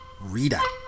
Rita